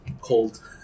cold